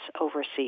overseas